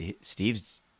Steve's